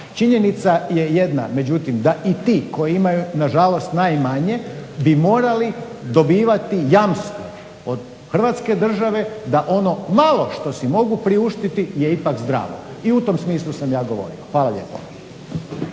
Činjenica je jedna međutim da i ti koji imaju na žalost najmanje bi morali dobivati jamstvo od Hrvatske države da ono malo što si mogu priuštiti je ipak zdravo i u tom smislu sam ja govorio. Hvala lijepo.